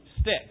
stick